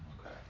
okay